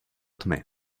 tmy